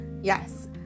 Yes